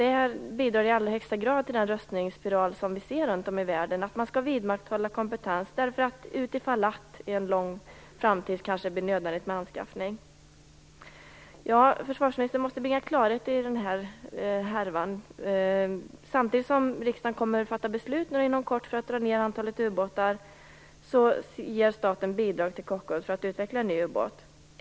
Detta bidrar i allra högsta grad till den rustningsspiral som vi ser runt om i världen, att man skall vidmakthålla kompetens utifall att det i en avlägsen framtid kanske blir nödvändigt med nyanskaffning. Försvarsministern måste bringa klarhet i denna härva. Samtidigt som riksdagen inom kort kommer att fatta beslut om att dra ned på antalet ubåtar ger staten bidrag till Kockums för att man där skall utveckla en ny ubåt.